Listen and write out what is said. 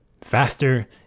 faster